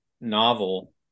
novel